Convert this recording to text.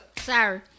Sorry